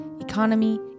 economy